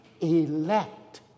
elect